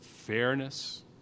fairness